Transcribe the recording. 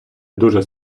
дуже